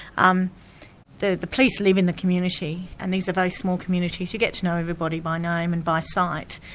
um the the police live in the community, and these are very small communities. you get to know everybody by name and by sight.